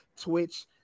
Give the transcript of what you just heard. Twitch